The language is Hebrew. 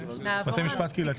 91 והוראת שעה) (בתי משפט קהילתיים),